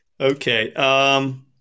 Okay